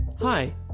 Hi